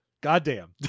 Goddamn